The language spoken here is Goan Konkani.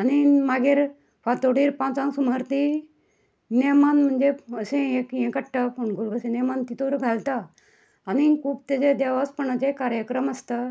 आनी मागीर फांतोडेर पाचांक सुमार ती नेमान म्हणजे अशें एक हें काडटा फोणकूल कशें नेमान तातूंत घालता आनी खूब ताजे देवास्पणाचे कार्याक्रम आसता